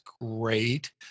great